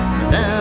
Now